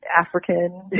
African